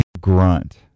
grunt